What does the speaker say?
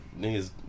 niggas